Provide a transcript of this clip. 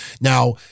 Now